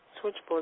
switchboard